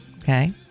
Okay